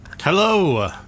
Hello